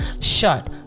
shut